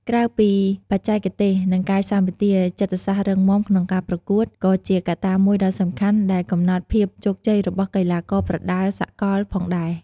ក្រៅពីបច្ចេកទេស និងកាយសម្បទា ចិត្តសាស្ត្ររឹងមាំក្នុងការប្រកួត ក៏ជាកត្តាមួយដ៏សំខាន់ដែលកំណត់ភាពជោគជ័យរបស់កីឡាករប្រដាល់សកលផងដែរ។